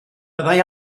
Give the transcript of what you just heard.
byddai